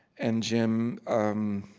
and jim, um